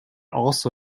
also